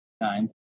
nine